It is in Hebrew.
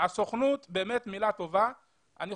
מילה טובה על הסוכנות.